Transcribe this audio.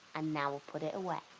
and now we'll put it away.